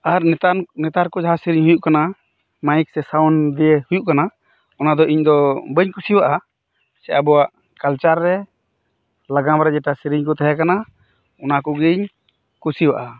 ᱟᱨ ᱱᱮᱛᱟᱱ ᱱᱮᱛᱟᱨ ᱠᱚ ᱡᱟᱦᱟᱸ ᱥᱮᱨᱮᱧ ᱦᱩᱭᱩᱜ ᱠᱟᱱᱟ ᱢᱟᱹᱭᱤᱠ ᱥᱮ ᱥᱟᱣᱩᱱᱰ ᱫᱤᱭᱮ ᱦᱩᱭᱩᱜ ᱠᱟᱱᱟ ᱚᱱᱟ ᱫᱚ ᱤᱧ ᱫᱚ ᱵᱟᱹᱧ ᱠᱩᱥᱤᱣᱟᱜᱼᱟ ᱥᱮ ᱟᱵᱚᱣᱟᱜ ᱠᱟᱞᱪᱟᱨ ᱨᱮ ᱱᱟᱜᱟᱢ ᱨᱮ ᱡᱮᱴᱟ ᱥᱮᱨᱮᱧ ᱠᱚ ᱛᱟᱦᱮᱸ ᱠᱟᱱᱟ ᱚᱱᱟ ᱠᱚᱜᱮᱧ ᱠᱩᱥᱤᱣᱟᱜᱼᱟ